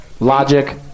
Logic